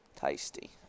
Tasty